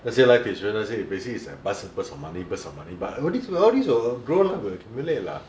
那些 life insurance 那些 appraising is a basic burst of money burst of money but all this will all this will grow lah will accumulate lah